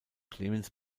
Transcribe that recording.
clemens